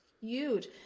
huge